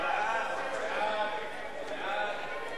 ההצעה להעביר את הצעת חוק בתי-המשפט (תיקון,